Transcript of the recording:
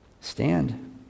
stand